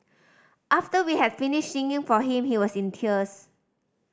after we had finished singing for him he was in tears